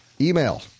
email